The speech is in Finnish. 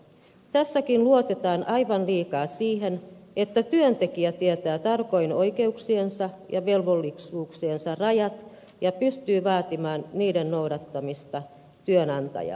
tässäkin luotetaan aivan liikaa siihen että työntekijä tietää tarkoin oikeuksiensa ja velvollisuuksiensa rajat ja pystyy vaatimaan niiden noudattamista työnantajalta